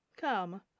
Come